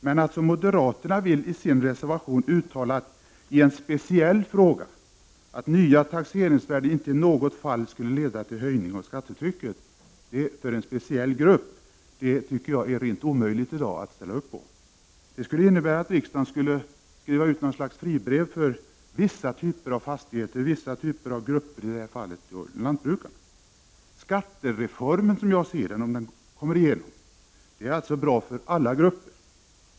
Men att som moderaterna vill i sin reservation göra ett uttalande i en speciell fråga, nämligen att nya taxeringsvärden inte i något fall skall leda till höjning av skattetrycket för en speciell grupp, anser jag vara helt omöjligt att i dag ställa sig bakom. Det innebär att riksdagen skulle skriva ut något slags fribrev för viss typ av fastigheter och viss typ av grupper, i det här fallet lantbrukarna. Som jag ser det är skattereformen, om den går igenom, bra för alla grupper.